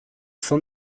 son